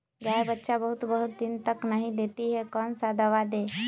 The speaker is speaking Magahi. गाय बच्चा बहुत बहुत दिन तक नहीं देती कौन सा दवा दे?